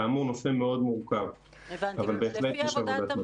כאמור נושא מאוד מורכב, אבל בהחלט יש עבודת מטה.